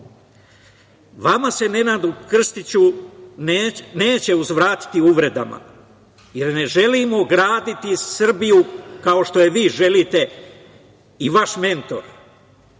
vama. Vama se, Nenade Krstiću, neće uzvratiti uvredama, jer ne želimo graditi Srbiju, kao što je vi želite i vaš mentor.